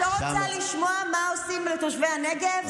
עליזה, את לא רוצה לשמוע מה עושים לתושבי הנגב?